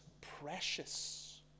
precious